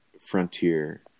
frontier